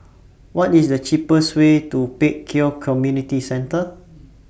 What IS The cheapest Way to Pek Kio Community Centre